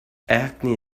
acne